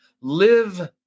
Live